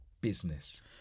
business